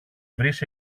βρεις